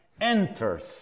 Enters